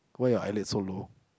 why your eyelids so low